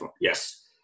Yes